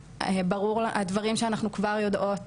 הדברים שאנחנו כבר יודעות